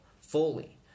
fully